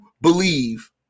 believe